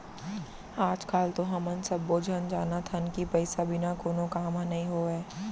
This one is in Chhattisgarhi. आज काल तो हमन सब्बो झन जानत हन कि पइसा बिना कोनो काम ह नइ होवय